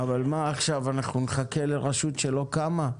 נחכה עכשיו לרשות שלא קמה?